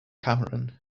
cameron